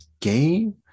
game